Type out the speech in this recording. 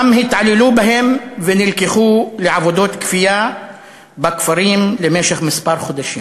שם התעללו בהם והם נלקחו לעבודות כפייה בכפרים למשך כמה חודשים.